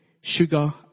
sugar